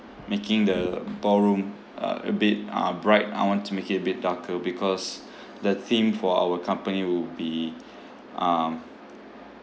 making the ballroom uh a bit uh bright I want to make it a bit darker because the theme for our company will be um